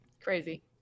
Crazy